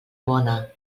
bona